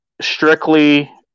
strictly